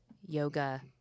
yoga